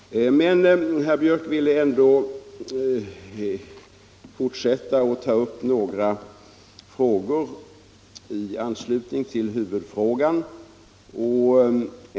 Men herr Björck vill ändå fortsätta citera och tog upp några frågor i anslutning till huvudfrågan.